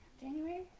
January